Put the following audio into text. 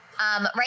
Right